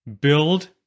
build